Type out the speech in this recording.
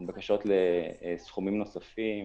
בקשות לסכומים נוספים,